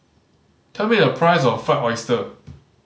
tell me the price of Fried Oyster